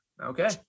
okay